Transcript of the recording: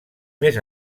més